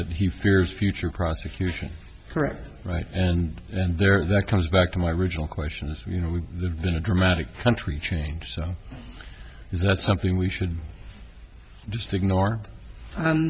that he fears future prosecution correct right and and there that comes back to my original question is you know we live in a dramatic country change so is that something we should just ignore